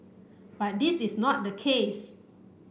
but this is not the case